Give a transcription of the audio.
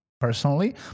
personally